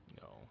No